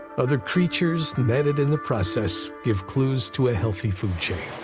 other creatures netted in the process give clues to a healthy food chain.